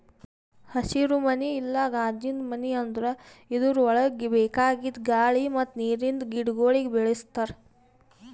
ಹಸಿರುಮನಿ ಇಲ್ಲಾ ಕಾಜಿಂದು ಮನಿ ಅಂದುರ್ ಇದುರ್ ಒಳಗ್ ಬೇಕಾಗಿದ್ ಗಾಳಿ ಮತ್ತ್ ನೀರಿಂದ ಗಿಡಗೊಳಿಗ್ ಬೆಳಿಸ್ತಾರ್